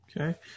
Okay